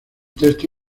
texto